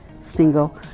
single